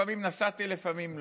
לפעמים נסעתי, לפעמים לא,